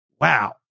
wow